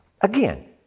again